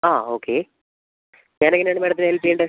ആ ഓക്കെ ഞാൻ എങ്ങനെയാണ് മാഡത്തിനെ ഹെല്പ് ചെയ്യേണ്ടത്